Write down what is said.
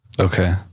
Okay